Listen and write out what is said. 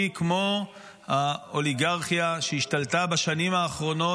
היא כמו האוליגרכיה שהשתלטה בשנים האחרונות.